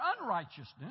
unrighteousness